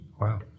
wow